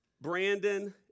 Brandon